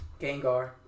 Gengar